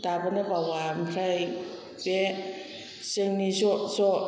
दाबोनो बावा आमफ्राय बे जोंनि ज' ज'